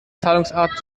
zahlungsart